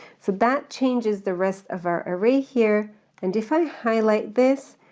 so that changes the rest of our array here and if i highlight this,